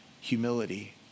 humility